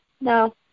no